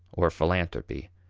or philanthropy,